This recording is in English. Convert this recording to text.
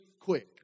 quick